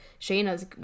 Shayna's